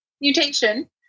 mutation